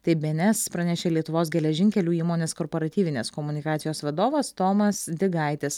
taip bė en es pranešė lietuvos geležinkelių įmonės korporatyvinės komunikacijos vadovas tomas digaitis